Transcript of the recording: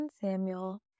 Samuel